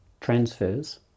transfers